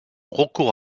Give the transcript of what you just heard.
recours